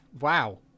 Wow